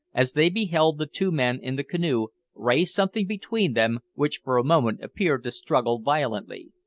as they beheld the two men in the canoe raise something between them which for a moment appeared to struggle violently.